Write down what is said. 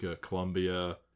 Colombia